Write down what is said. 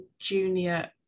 junior